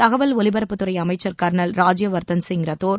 தகவல் ஒலிபரப்புத்துறை அமைச்சர் கர்னல் ராஜ்யவர்தன் ரத்தோர்